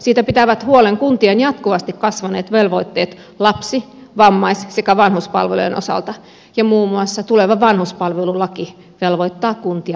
siitä pitävät huolen kuntien jatkuvasti kasvaneet velvoitteet lapsi vammais sekä vanhuspalvelujen osalta ja muun muassa tuleva vanhuspalvelulaki velvoittaa kuntia toimimaan